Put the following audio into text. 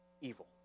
Evil